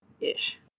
ish